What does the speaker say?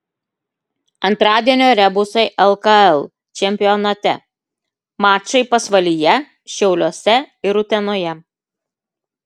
antradienio rebusai lkl čempionate mačai pasvalyje šiauliuose ir utenoje